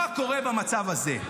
מה קורה במצב הזה?